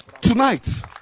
tonight